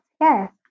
yes